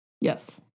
Yes